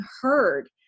heard